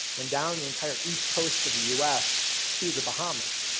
then down the entire east coast of the us to the bahamas.